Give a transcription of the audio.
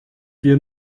wir